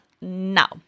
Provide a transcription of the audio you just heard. now